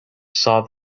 saw